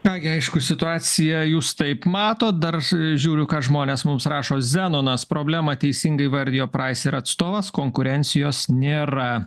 ką gi aišku situaciją jūs taip matot dar žiūriu ką žmonės mums rašo zenonas problemą teisingai įvardijo praiser atstovas konkurencijos nėra